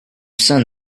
sun